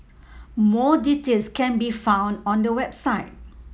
more details can be found on the website